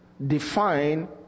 define